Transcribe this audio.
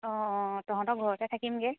অঁ অঁ তহঁতৰ ঘৰতে থাকিমগৈ